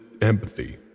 empathy